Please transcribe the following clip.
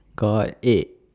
got eh